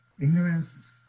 Ignorance